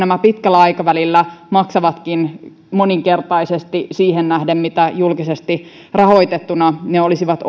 pitkällä aikavälillä maksavatkin moninkertaisesti siihen nähden mitä ne julkisesti rahoitettuina olisivat